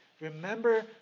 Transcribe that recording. Remember